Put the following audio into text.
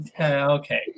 okay